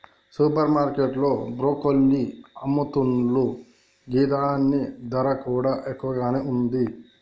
super market లో broccoli అమ్ముతున్లు గిదాని ధర కూడా ఎక్కువగానే ఉంది